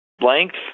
length